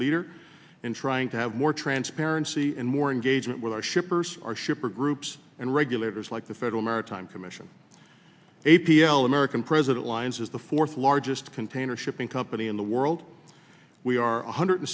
leader in trying to have more transparency and more engagement with our shippers our shipper groups and regulators like the federal maritime commission a p l american president lines is the fourth largest container shipping company in the world we are one hundred